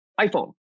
iPhone